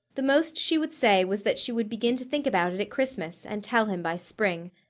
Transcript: the most she would say was that she would begin to think about it at christmas, and tell him by spring.